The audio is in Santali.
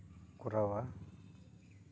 ᱠᱚᱨᱟᱣᱟ